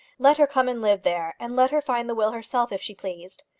let her come and live there, and let her find the will herself if she pleased.